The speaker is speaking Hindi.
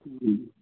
जी